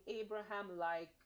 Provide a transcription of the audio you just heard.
Abraham-like